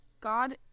God